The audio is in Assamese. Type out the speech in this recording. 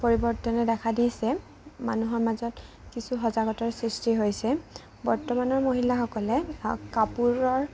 পৰিৱৰ্তনে দেখা দিছে মানুহৰ মাজত কিছু সজাগতাৰ সৃষ্টি হৈছে বৰ্তমানৰ মহিলাসকলে কাপোৰৰ